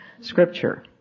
scripture